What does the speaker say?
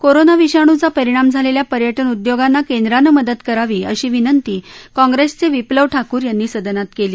corona विषाणूचा परिणाम झालेल्या पर्यटन उदयोगांना केंद्रानं मदत करावी अशी विनंती काँग्रेसच विप्लव ठाकूर यांनी सदनात केली